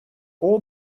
all